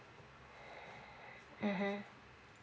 mmhmm